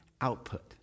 output